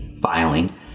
filing